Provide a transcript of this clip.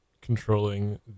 controlling